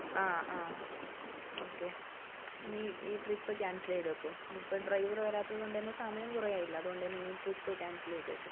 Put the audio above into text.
ആ ആ ഓക്കേ ഇനി ഈ ട്രിപ്പ് ക്യാൻസലു ചെയ്തേക്കു ഇനി ഇപ്പൊൾ ഡ്രൈവറു വരാത്തത് കൊണ്ടന്നെ സമയം കുറേയായില്ലെ അതുകൊണ്ട് തന്നെ ഇനി ഈ ട്രിപ്പ് ക്യാൻസലു ചെയ്തേക്കു